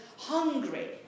Hungry